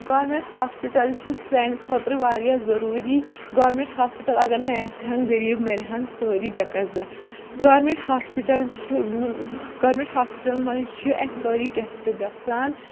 government hospital چھِ سانہِ خٲطرٕ واریاہ ضوٚروٗری گوَرنمنٹ ہاسپِٹَل اگر نہٕ آسِہَن غریٖب مَرِہَن سٲری بٮ۪ے قَضا گوَرنمنٹ ہاسپِٹَل چھِ گورمِنٹ ہاسپِٹلَن منٛز چھِ اسہِ سٲری ٹٮ۪سٹ گَژھان